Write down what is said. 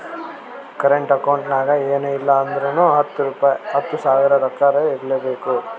current account ನಾಗ್ ಎನ್ ಇಲ್ಲ ಅಂದುರ್ನು ಹತ್ತು ಸಾವಿರ ರೊಕ್ಕಾರೆ ಇರ್ಲೆಬೇಕು